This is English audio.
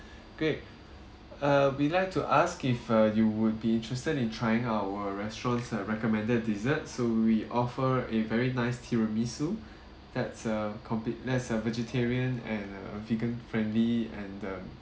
great uh we'd like to ask if uh you would be interested in trying our restaurant's uh recommended dessert so we offer a very nice tiramisu that's uh compli~ uh vegetarian and uh vegan friendly and um